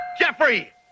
Jeffrey